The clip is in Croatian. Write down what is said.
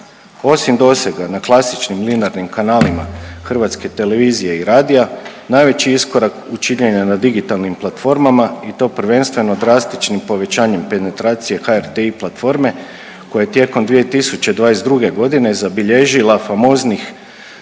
Osim dosega na klasičnim linearnim kanalima hrvatske televizije i radija najveći iskorak učinjen je na digitalnim platformama i to prvenstveno drastičnim povećanjem penetracije HRT i platforme koja je tijekom 2022. godine zabilježila famoznih